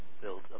build